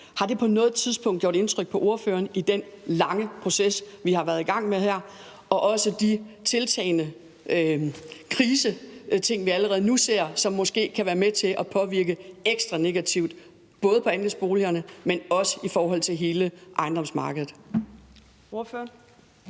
Har det på noget tidspunkt gjort indtryk på ordføreren i den lange proces, vi har været i gang med her, også hvad angår de tiltagende krisetegn, vi allerede nu ser, at det måske kan være med til at påvirke ekstra negativt både i forhold til andelsboligerne, men også i forhold til hele ejendomsmarkedet?